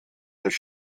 des